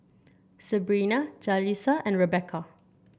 Sebrina Jalissa and Rebecca